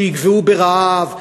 שיגוועו ברעב?